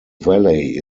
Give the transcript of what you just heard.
valley